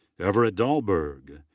everett dahlberg.